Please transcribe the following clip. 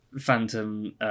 Phantom